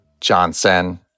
Johnson